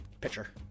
Pitcher